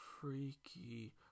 freaky